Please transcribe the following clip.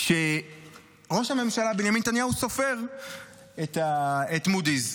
שראש הממשלה בנימין נתניהו סופר את מודי'ס.